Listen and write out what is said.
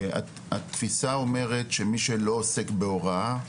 התפיסה אומרת שמי שלא עוסק בהוראה,